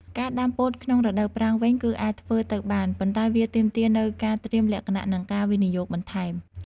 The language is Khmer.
ការដាំពោតក្នុងរដូវប្រាំងវិញគឺអាចធ្វើទៅបាន ប៉ុន្តែវាទាមទារនូវការត្រៀមលក្ខណៈ និងការវិនិយោគបន្ថែម។